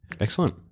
Excellent